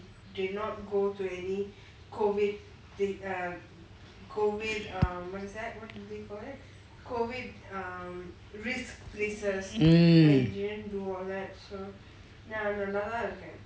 mm